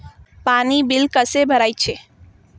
पाणी बिल कसे भरायचे?